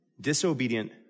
Disobedient